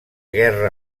guerra